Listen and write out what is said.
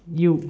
you